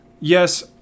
yes